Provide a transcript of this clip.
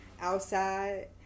outside